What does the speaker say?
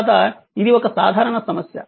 తరువాత ఇది ఒక సాధారణ సమస్య